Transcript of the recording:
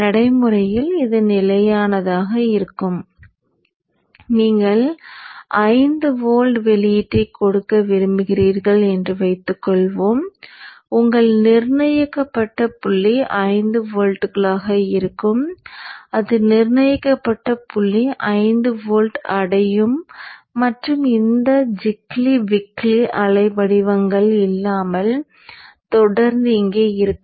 நடைமுறையில் இது நிலையானதாக இருக்கும் நீங்கள் 5 வோல்ட் வெளியீட்டைக் கொடுக்க விரும்புகிறீர்கள் என்று வைத்துக்கொள்வோம் உங்கள் நிர்ணயிக்கப்பட்ட புள்ளி 5 வோல்ட்டுகளாக இருக்கும் அது நிர்ணயிக்கப்பட்ட புள்ளி 5 வோல்ட்டை அடையும் மற்றும் இந்த ஜிக்லி விக்லி அலை வடிவங்கள் இல்லாமல் தொடர்ந்து இங்கே இருக்கும்